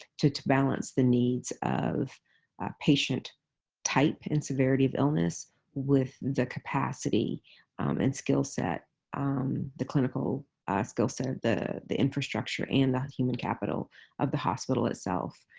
to to balance the needs of patient type and severity of illness with the capacity and skill set the clinical ah skill set, the the infrastructure, and the human capital of the hospital itself.